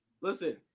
Listen